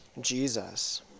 Jesus